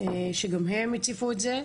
וגם הם הציפו את זה,